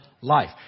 life